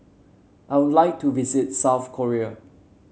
I would like to visit South Korea